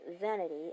vanity